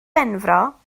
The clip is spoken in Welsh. benfro